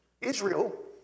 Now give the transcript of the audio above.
Israel